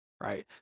right